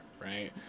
right